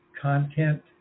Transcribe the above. content